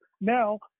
now